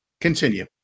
Continue